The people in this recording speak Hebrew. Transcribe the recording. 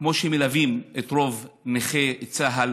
כמו שהם מלווים את רוב נכי צה"ל